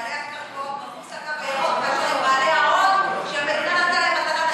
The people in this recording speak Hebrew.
בעלי קרקעות מחוץ לקו הירוק מאשר עם בעלי ההון שהמדינה נתנה להם מתנה,